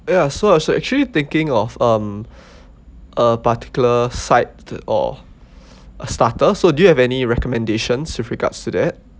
ya so I was actually thinking of um a particular side or a starter so do you have any recommendations with regards to that